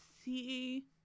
see